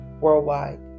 worldwide